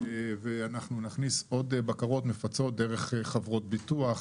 ואנחנו נכניס עוד בקרות דרך חברות הביטוח,